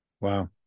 Wow